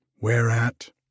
whereat